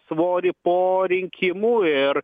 svorį po rinkimų ir